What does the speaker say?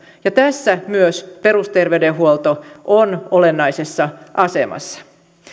ja tässä myös perusterveydenhuolto on olennaisessa asemassa